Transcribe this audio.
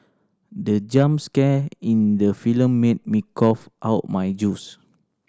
the jump scare in the film made me cough out my juice